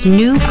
new